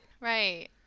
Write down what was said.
Right